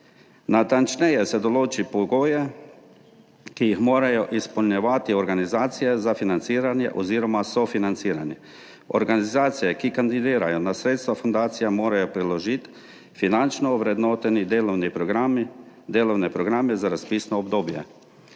Natančneje se določi pogoje, ki jih morajo izpolnjevati organizacije za financiranje oziroma sofinanciranje. Organizacije, ki kandidirajo na sredstva fundacije, morajo priložiti finančno ovrednotene delovne programe za razpisno obdobje.